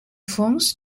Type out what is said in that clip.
forms